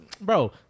Bro